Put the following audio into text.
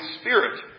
Spirit